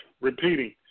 repeating